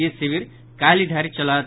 ई शिविर काल्हि धरि चलत